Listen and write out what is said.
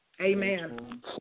Amen